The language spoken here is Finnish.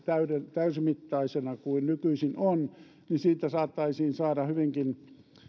täysimittaisena kuin nykyisin on siitä saatettaisiin saada hyvinkin